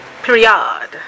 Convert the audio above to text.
Period